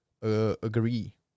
Agree